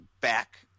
back